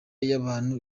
y’abantu